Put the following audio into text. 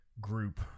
group